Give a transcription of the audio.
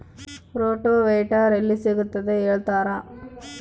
Rotavator ಎಲ್ಲಿ ಸಿಗುತ್ತದೆ ಹೇಳ್ತೇರಾ?